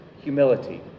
humility